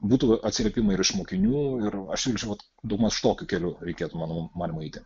būtų atsiliepimai ir iš mokinių ir aš siūlyčiau vat daugmaž tokiu keliu reikėtų mano manymu eiti